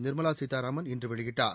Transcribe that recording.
நிர்மலா சீதாராமன் இன்று வெளியிட்டார்